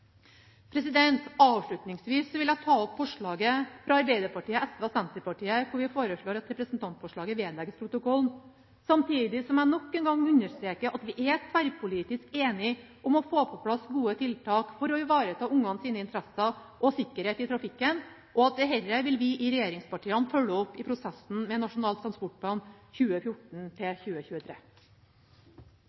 vil jeg ta opp forslaget fra Arbeiderpartiet, SV og Senterpartiet, hvor vi foreslår at representantforslaget vedlegges protokollen, samtidig som jeg nok en gang understreker at vi er tverrpolitisk enige om å få på plass gode tiltak for å ivareta ungers interesser og sikkerhet i trafikken, og at vi i regjeringspartiene vil følge dette opp i prosessen med Nasjonal transportplan 2014–2023. Representanten Susanne Bratli har tatt opp det forslaget hun refererte til.